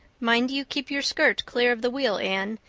mind you keep your skirt clear of the wheel, anne,